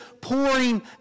pouring